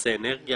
למאופסי אנרגיה.